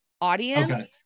audience